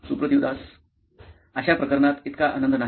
Suprativ Das CTO नॉइन electronics अशा प्रकरणात इतका आनंद नाही